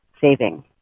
Saving